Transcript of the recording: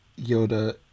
Yoda